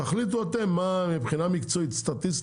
תחליטו אתם מה מבחינה מקצועית-סטטיסטית,